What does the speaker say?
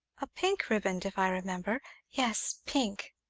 a pink riband, if i remember yes, pink.